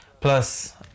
Plus